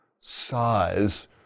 size